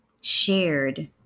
shared